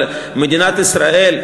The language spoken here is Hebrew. מדינת ישראל,